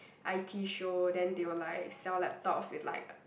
I_T show then they will like sell laptops with like uh